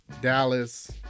Dallas